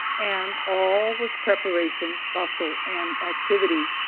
and all was preparation, bustle and activity.